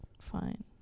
fine